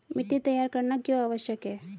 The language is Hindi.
मिट्टी तैयार करना क्यों आवश्यक है?